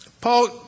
Paul